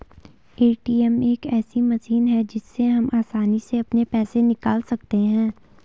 ATM एक ऐसी मशीन है जिससे हम आसानी से अपने पैसे निकाल सकते हैं